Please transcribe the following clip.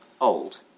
old